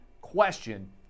question